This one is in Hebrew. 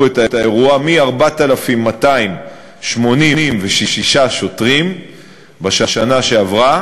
את האירוע מ-4,286 שוטרים בשנה שעברה